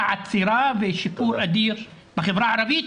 אבל הייתה עצירה ושיפור אדיר בחברה הערבית,